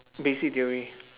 basic theory